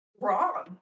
wrong